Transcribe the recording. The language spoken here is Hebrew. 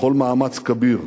לכל מאמץ כביר,